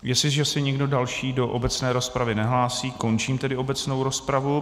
Jestliže se nikdo další do obecné rozpravy nehlásí, končím tedy obecnou rozpravu.